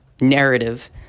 narrative